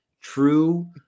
true